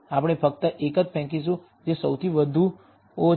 આપણે ફક્ત એક જ ફેંકીશું જે સૌથી વધુ ઓ છે